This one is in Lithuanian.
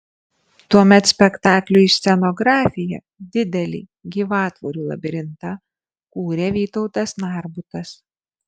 tuomet spektakliui scenografiją didelį gyvatvorių labirintą kūrė vytautas narbutas